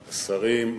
שרים,